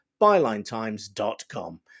bylinetimes.com